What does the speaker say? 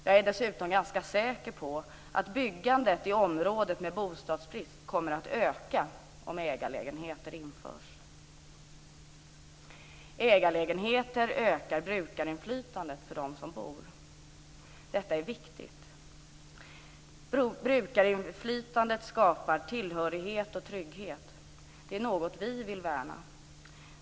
Jag är dessutom ganska säker på att byggandet i områden med bostadsbrist kommer att öka om ägarlägenheter införs. Ägarlägenheter ökar brukarinflytandet för dem som bor. Detta är viktigt. Brukarinflytandet skapar tillhörighet och trygghet. Det är något vi vill värna.